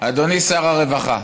אדוני שר הרווחה,